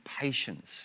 patience